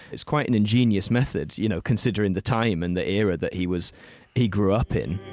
it's quite an ingenious method you know considering the time and the era that he was he grew up in